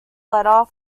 letter